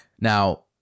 now